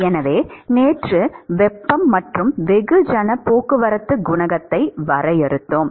எனவே நேற்று வெப்பம் மற்றும் வெகுஜன போக்குவரத்து குணகத்தை வரையறுத்தோம்